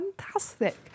fantastic